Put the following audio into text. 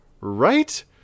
Right